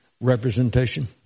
representation